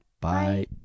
Bye